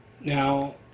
Now